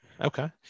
Okay